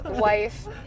wife